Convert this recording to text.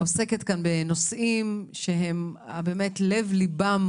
עוסקת כאן בנושאים שהם באמת לב ליבם